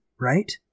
Right